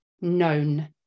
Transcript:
known